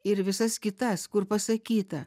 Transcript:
ir visas kitas kur pasakyta